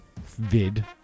vid